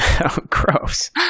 Gross